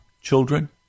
children